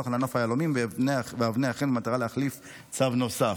על ענף היהלומים ואבני החן במטרה להחליף צו נוסף.